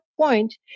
point